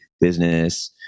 business